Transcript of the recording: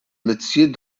métier